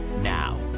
Now